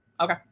Okay